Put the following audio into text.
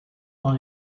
dans